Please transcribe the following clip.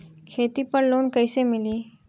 खेती पर लोन कईसे मिली?